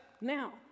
now